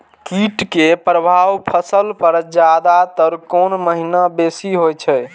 कीट के प्रभाव फसल पर ज्यादा तर कोन महीना बेसी होई छै?